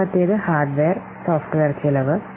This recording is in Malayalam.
ഒന്നാമത്തേത് ഹാർഡ്വെയർ സോഫ്റ്റ്വെയർ ചെലവ്